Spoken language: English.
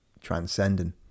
transcending